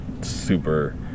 super